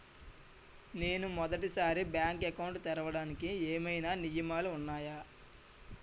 నేను మొదటి సారి బ్యాంక్ అకౌంట్ తెరవడానికి ఏమైనా నియమాలు వున్నాయా?